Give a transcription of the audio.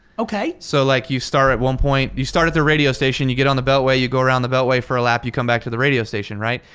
okay. so like you start at one point, you start at the radio station, you get on the beltway, you go around the beltway for a lap, you come back to the radio station, right?